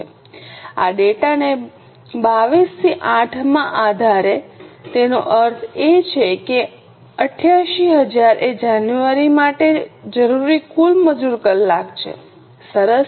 આ ડેટાને 22 થી 8 માં આધારે તેનો અર્થ એ કે 88000 એ જાન્યુઆરી માટે જરૂરી કુલ મજૂર કલાક છે સરસ